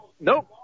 Nope